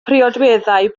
priodweddau